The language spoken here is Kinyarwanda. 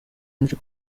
benshi